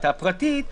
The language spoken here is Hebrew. את הפרטית,